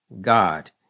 God